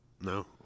No